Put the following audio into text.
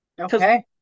Okay